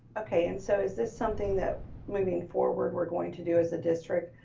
okay, and so is this something that moving forward we're going to do as a district,